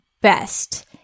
best